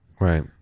Right